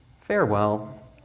Farewell